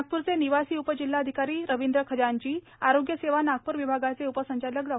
नागपूरचे निवासी उपजिल्हाधिकारी रवींद्र ख जांजी आरोग्य सेवा नागपूर विभागाचे उपसंचालक डॉ